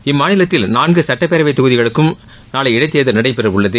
இம்மாநிலத்தில் நான்கு சுட்டப்பேரவைத் தொகுதிகளுக்கும் நாளை இடைத்தேர்தல் நடைபெறவுள்ளது